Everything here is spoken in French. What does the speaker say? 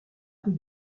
rue